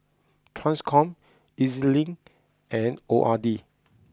Transcom Ez Link and O R D